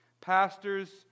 Pastors